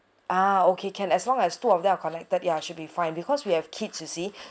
ah okay can as long as two of them are connected ya should be fine because we have kids you see